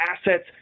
assets